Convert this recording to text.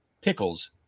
pickles